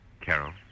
Carol